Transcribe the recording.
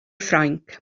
ffrainc